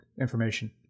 information